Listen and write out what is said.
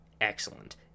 excellent